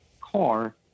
car